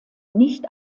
nicht